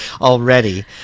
already